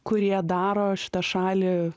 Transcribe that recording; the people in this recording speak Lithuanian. kurie daro šitą šalį